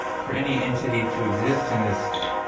for any entity to exist in this,